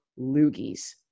loogies